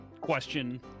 question